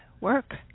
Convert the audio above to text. work